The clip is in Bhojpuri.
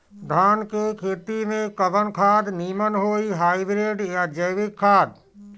धान के खेती में कवन खाद नीमन होई हाइब्रिड या जैविक खाद?